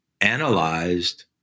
analyzed